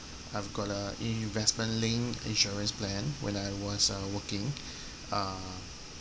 I've got a investment linked insurance plan when I was uh working uh